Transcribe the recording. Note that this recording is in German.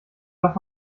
doch